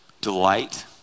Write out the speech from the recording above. delight